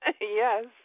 Yes